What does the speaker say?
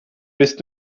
bist